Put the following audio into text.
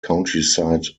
countryside